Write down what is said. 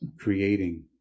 creating